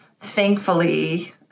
thankfully